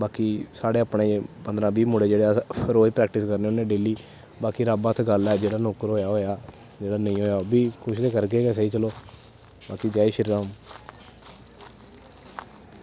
कि साढ़े अपने पंदरां बीह् मुड़े अस प्रैक्टिस करनें होनें डेल्ली बाकी रब्ब हत्थ गल्ल ऐ जेह्का नौकर होया होया जेह्ड़ा नेंई होया कुश ते करगे गे सेही बीकी जै श्री राम